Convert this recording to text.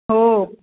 हो